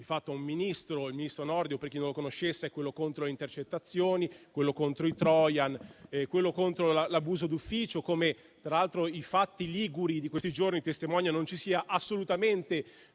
al ministro Nordio. Per chi non lo conoscesse, è quello contro le intercettazioni, contro i *trojan*, contro l'abuso d'ufficio, dei quali i fatti liguri di questi giorni testimoniano ci sia assolutamente